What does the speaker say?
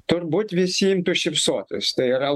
turbūt visi imtų šypsotis tai yra